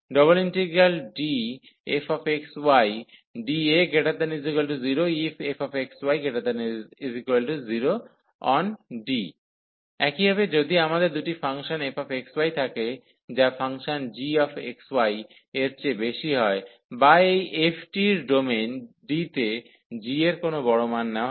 ∬DfxydA≥0iffxy≥0onD একইভাবে যদি আমাদের দুটি ফাংশন fxy থাকে যা ফাংশন gxy এর চেয়ে বেশি হয় বা এই f টির ডোমেন D তে g এর কোন বড় মান নেওয়া হয়